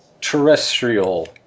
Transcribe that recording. terrestrial